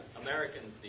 Americans